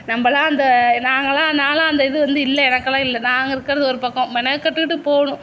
நம்பலாம் அந்த நாங்கள்லாம் நாலாம் அந்த இது வந்து இல்லை எனக்கெல்லாம் இல்லை நாங்கள் இருக்கிறது ஒரு பக்கம் மெனக்கட்டுகிட்டு போகணும்